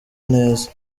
neza